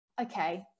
okay